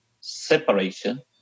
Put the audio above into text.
separation